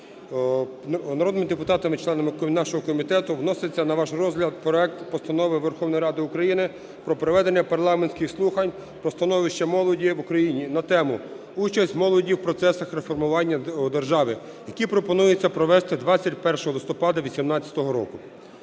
народними депутатами, членами нашого комітету, вноситься на ваш розгляд проект Постанови Верховної Ради України про проведення парламентських слухань про становище молоді в Україні на тему: "Участь молоді в процесах реформування держави", які пропонуються провести 21 листопада 2018 року.